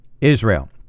Israel